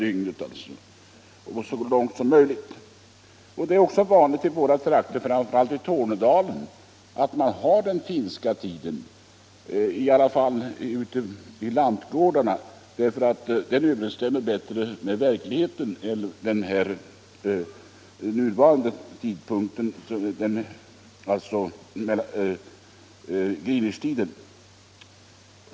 Det är naturligtvis en fördel. Det är vanligt i våra trakter, framför allt i Tornedalen, att man tillämpar den finska tiden, åtminstone ute på lantgårdarna, eftersom denna tid bättre än Greenwichtiden överensstämmer med dygnets växlingar.